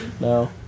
No